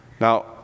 Now